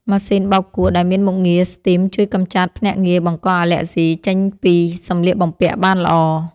ម៉ាស៊ីនបោកគក់ដែលមានមុខងារស្ទីមជួយកម្ចាត់ភ្នាក់ងារបង្កអាឡែហ្ស៊ីចេញពីសម្លៀកបំពាក់បានល្អ។